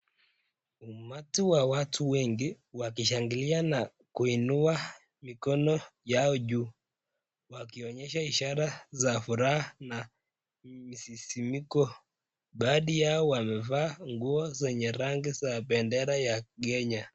Umati wa watu wakishangilia na kuinua mikono yao juu wakionyesha za furaha na msisimiko. Baadhi yao wamevaa nguo zenye rangi ya pendera ya Kenya.